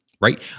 right